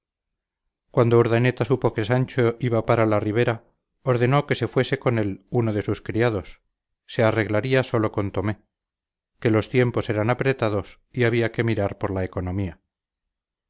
cuando urdaneta supo que sancho iba para la ribera ordenó que se fuese con él uno de sus criados se arreglaría sólo con tomé que los tiempos eran apretados y había que mirar por la economía